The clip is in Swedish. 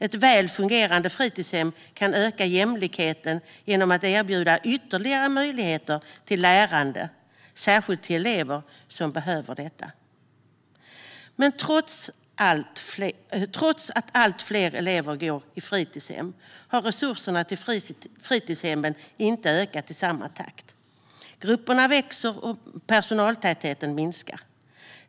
Ett väl fungerande fritidshem kan öka jämlikheten genom att erbjuda ytterligare möjligheter till lärande, särskilt till de elever som behöver detta. Men trots att allt fler elever går i fritidshem har resurserna till fritidshemmen inte ökat i samma takt. Grupperna växer, och personaltätheten minskar.